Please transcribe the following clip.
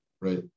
Right